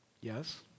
Yes